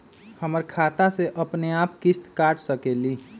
हमर खाता से अपनेआप किस्त काट सकेली?